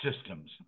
systems